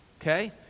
okay